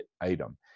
item